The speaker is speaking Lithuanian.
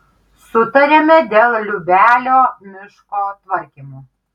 sutarėme dėl liubelio miško tvarkymo